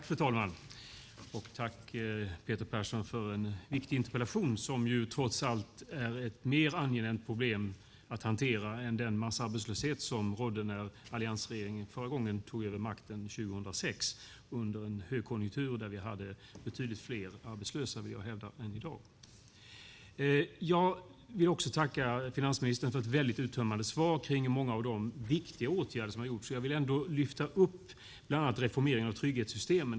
Fru talman! Tack Peter Persson för en viktig interpellation som trots allt tar upp ett mer angenämt problem att hantera än den massarbetslöshet som rådde när alliansregeringen förra gången tog makten, 2006, under en högkonjunktur där jag vill hävda att vi hade betydligt fler arbetslösa än i dag. Jag vill också tacka finansministern för ett väldigt uttömmande svar som berör många av de viktiga åtgärder som har vidtagits. Jag vill ändå lyfta upp bland annat reformeringen av trygghetssystemen.